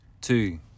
two